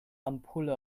ampulle